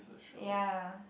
ya